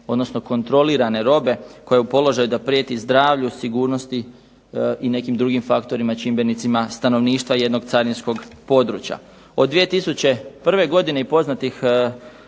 odnosno kontrolirane robe koja je u položaju da prijeti zdravlju, sigurnosti i nekim drugim faktorima i čimbenicima stanovništva jednog carinskog područja. Od 2001. godine i poznatih